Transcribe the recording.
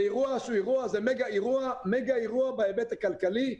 זה מגה אירוע בהיבט הכלכלי,